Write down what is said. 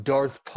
Darth